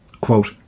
quote